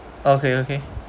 okay okay